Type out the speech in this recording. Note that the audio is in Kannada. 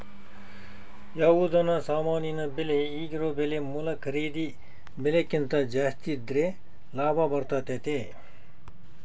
ಯಾವುದನ ಸಾಮಾನಿನ ಬೆಲೆ ಈಗಿರೊ ಬೆಲೆ ಮೂಲ ಖರೀದಿ ಬೆಲೆಕಿಂತ ಜಾಸ್ತಿದ್ರೆ ಲಾಭ ಬರ್ತತತೆ